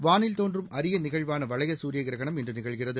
வாளில் தோன்றும் அரிய நிகழ்வான வளைய சூரியகிரகணம் இன்று நிகழ்கிறது